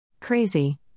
crazy